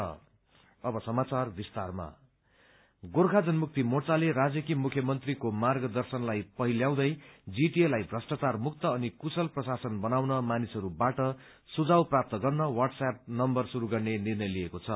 corruption free Gorkha Janmukti मोर्चाले राज्यकी मुख्यमन्त्रीको मार्ग दर्शनलाई पहिल्याउँदै जीटीएलाई भ्रष्टाचार मुक्त अनि कूशल प्रशासन बनाउन मानिसहरूबाट सुझाव प्राप्त गर्न वाटसूएप नम्बर शुरू गर्ने निर्णय लिएको छ